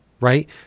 right